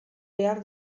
behar